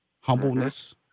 humbleness